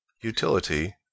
utility